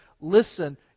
listen